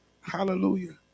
Hallelujah